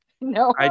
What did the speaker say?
No